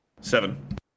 Seven